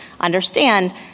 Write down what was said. understand